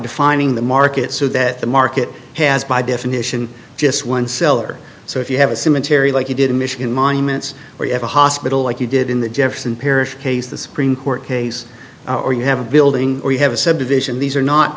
defining the market so that the market has by definition just one seller so if you have a cement area like you did in michigan monuments where you have a hospital like you did in the jefferson parish case the supreme court case or you have a building or you have a subdivision these are not